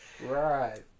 Right